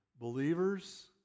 Believers